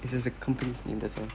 this is the company's name that's all